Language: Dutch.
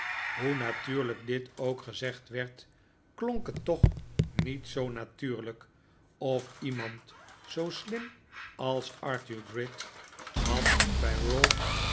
hoe natuurlijk dit ook gezegd werd klonk het toch niet zoo natuurlijk of iemand zoo slim als arthur gride had bij